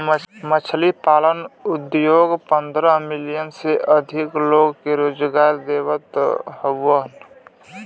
मछरी पालन उद्योग पंद्रह मिलियन से अधिक लोग के रोजगार देवत हउवन